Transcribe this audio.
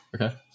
Okay